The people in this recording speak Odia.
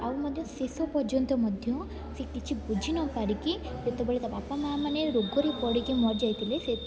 ଆଉ ମଧ୍ୟ ଶେଷ ପର୍ଯ୍ୟନ୍ତ ମଧ୍ୟ ସେ କିଛି ବୁଝିନପାରିକି ଯେତେବେଳେ ତା ବାପା ମାଆ ମାନେ ରୋଗରେ ପଡ଼ିକି ମରିଯାଇଥିଲେ ସେ